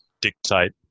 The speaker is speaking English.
dictate